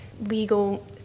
legal